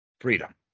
freedom